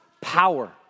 power